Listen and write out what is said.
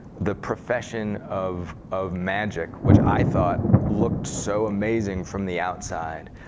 the profession of of magic, which i thought looked so amazing from the outside,